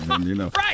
Right